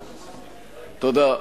תודה.